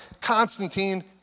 Constantine